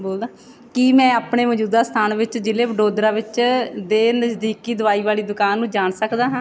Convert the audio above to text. ਕੀ ਮੈਂ ਆਪਣੇ ਮੌਜੂਦਾ ਸਥਾਨ ਵਿੱਚ ਜਿਲ੍ਹੇ ਵਡੋਦਰਾ ਵਿੱਚ ਦੇ ਨਜ਼ਦੀਕੀ ਦਵਾਈ ਵਾਲੀ ਦੁਕਾਨ ਨੂੰ ਜਾਣ ਸਕਦਾ ਹਾਂ